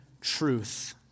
truth